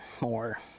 more